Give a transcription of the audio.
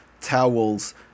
towels